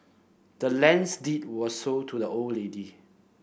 the land's deed was sold to the old lady